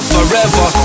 Forever